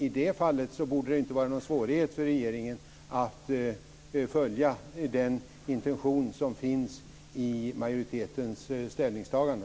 I det fallet borde det inte vara någon svårighet för regeringen att följa den intention som finns i majoritetens ställningstagande.